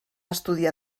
estudiar